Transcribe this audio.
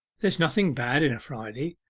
there's nothing bad in friday,